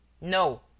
No